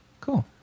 Cool